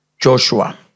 Joshua